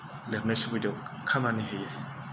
लेरनाय सुबिदायाव खामानि होयो